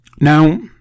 Now